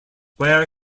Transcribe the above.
where